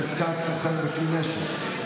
חזקת סוחר בכלי נשק),